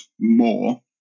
more